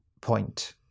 point